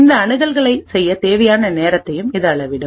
இந்த அணுகல்களைச் செய்யத் தேவையான நேரத்தையும் இது அளவிடும்